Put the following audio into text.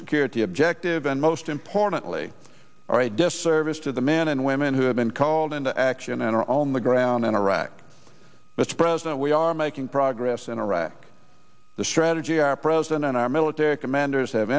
security objective and most importantly are a disservice to the men and women who have been called into action and are on the ground in iraq mr president we are making progress in iraq the strategy our president and our military commanders have